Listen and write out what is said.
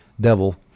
devil